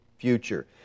future